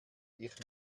ich